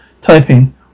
Typing